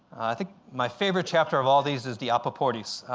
i think my favorite chapter of all these is the apaporis.